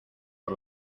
por